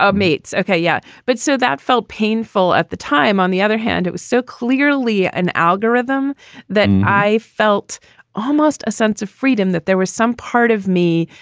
ah mates. okay. yeah. but so that felt painful at the time. on the other hand, it was so clearly an algorithm that i felt almost a sense of freedom that there was some part of me.